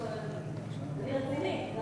אני רצינית.